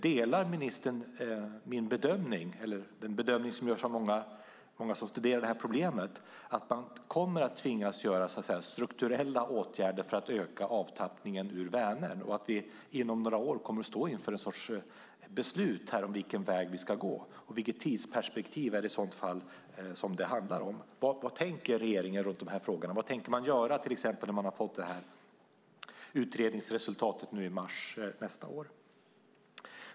Delar ministern den bedömning som görs av många som studerar det här problemet, nämligen att man kommer att tvingas vidta strukturella åtgärder för att öka avtappningen ur Vänern och att vi inom några år kommer att stå inför ett beslut om vilken väg vi ska gå? Vilket tidsperspektiv handlar det om? Vad tänker regeringen när det gäller de här frågorna? Vad tänker man göra när man har fått utredningsresultatet i mars nästa år?